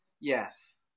Yes